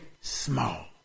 small